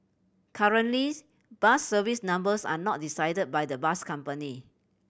currently bus service numbers are not decided by the bus company